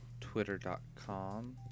twitter.com